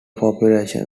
population